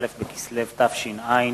א' בכסלו התש"ע,